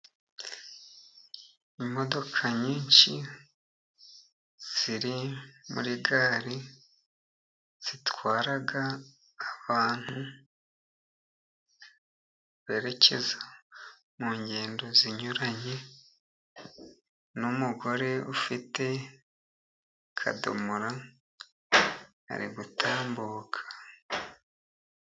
Imodoka nyinshi ziri muri gare, zitwara abantu berekeza mu ngendo zinyuranye, n'umugore ufite akadomoro ari gutambuka.